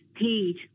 Paid